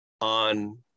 on